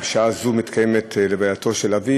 ובשעה זו מתקיימת לווייתו של אביו.